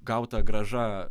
gauta grąža